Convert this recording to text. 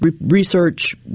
research